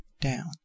down